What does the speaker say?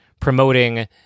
promoting